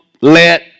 let